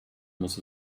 muss